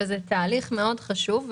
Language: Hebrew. זה תהליך חשוב מאוד.